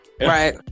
Right